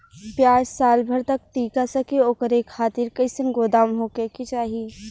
प्याज साल भर तक टीका सके ओकरे खातीर कइसन गोदाम होके के चाही?